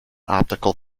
optical